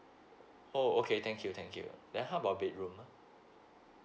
oh okay thank you thank you then how about bedroom ah